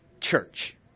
church